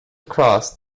across